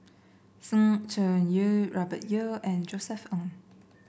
Sng Choon Yee Robert Yeo and Josef Ng